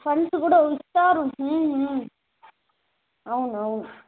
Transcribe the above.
funds కూడా ఇస్తారు అవును అవును